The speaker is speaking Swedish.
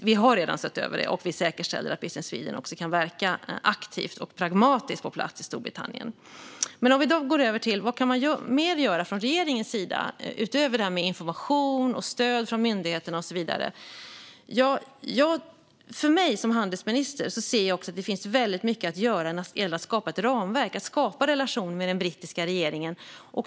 Vi har redan sett över det, och vi säkerställer att Business Sweden kan verka aktivt och pragmatiskt på plats i Storbritannien. För att gå över till vad mer man kan göra från regeringens sida, utöver det här med information och stöd från myndigheterna och så vidare, ser jag som handelsminister att det finns mycket att göra när det gäller att skapa ett ramverk och en relation med den brittiska regeringen.